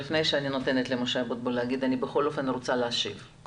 אני מבקשת להשיב לך,